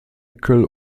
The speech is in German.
michael